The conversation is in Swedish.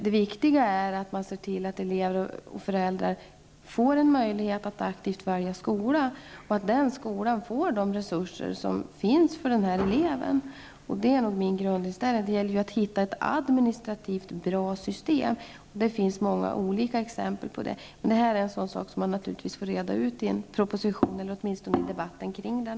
Det viktiga är att man ser till att elever och föräldrar får en möjlighet att aktivt välja skola och att den skolan får de resurser som finns för eleven i fråga. Det är min grundinställning. Det gäller då att hitta ett administrativt bra system, och sådana finns det många olika exempel på. Detta är något som man naturligtvis får reda ut i en proposition eller åtminstone i debatten kring den.